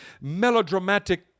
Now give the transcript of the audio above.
melodramatic